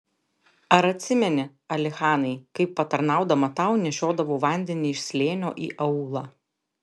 ar atsimeni alichanai kaip patarnaudama tau nešiodavau vandenį iš slėnio į aūlą